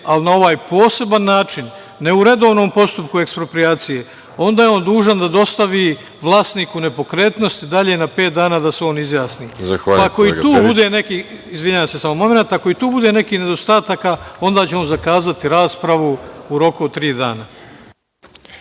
na ovaj poseban način, ne u redovnom postupku eksproprijacije, onda je on dužan da dostavi vlasniku nepokretnosti dalje na pet dana da se on izjasni, pa ako i tu bude nekih nedostataka, onda će on zakazati raspravu u roku od tri dana.